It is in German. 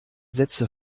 sätze